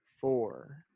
four